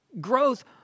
Growth